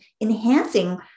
enhancing